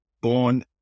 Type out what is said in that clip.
Born